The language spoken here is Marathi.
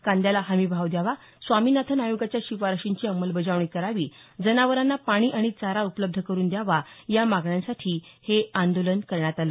कांद्याला हमी भाव द्यावा स्वामीनाथन आयोगाच्या शिफारशींची अंमलबजावणी करावी जनावरांना पाणी आणि चारा उपलब्ध करुन द्यावा या मागण्यांसाठी हे आंदोलन करण्यात आलं